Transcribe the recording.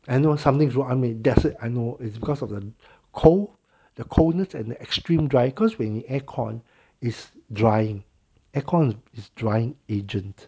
I know something from I mean that's it I know it's because of the cold the coldness and the extreme dry cause when in air con is drying aircon is drying agent